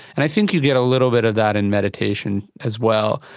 and i think you get a little bit of that in meditation as well.